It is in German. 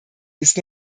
ist